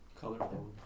Colorful